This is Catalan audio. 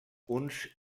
uns